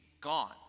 gone